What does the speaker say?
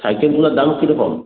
সাইকেলগুলার দাম কিরকম